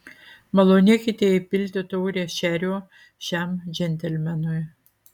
malonėkite įpilti taurę šerio šiam džentelmenui